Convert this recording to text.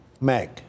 Meg